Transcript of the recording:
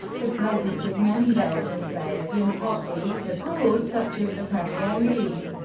the presence of many belgian players in top leagues abroad, such as the premier league,